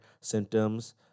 symptoms